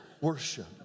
Worship